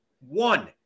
One